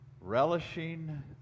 relishing